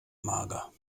mager